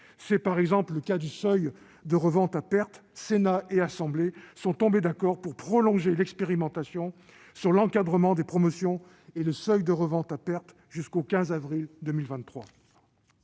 C'est par exemple le cas du seuil de revente à perte. Sénat et Assemblée nationale sont tombés d'accord pour prolonger l'expérimentation de l'encadrement des promotions et du seuil de revente à perte jusqu'au 15 avril 2023.